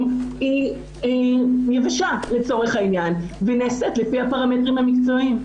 היא יבשה לצורך העניין והיא נעשית לפי הפרמטרים המקצועיים.